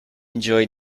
enjoy